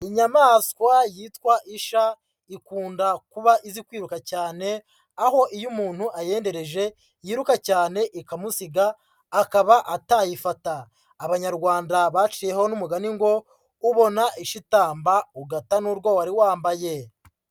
Inyamaswa yitwa isha ikunda kuba izi kwiruka cyane, aho iyo umuntu ayendereje yiruka cyane ikamusiga akaba atayifata. Abanyarwanda baciyeho n'umugani ngo ubona isha itamba ugata n'urwo wari wambaye.